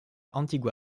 antigua